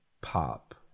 pop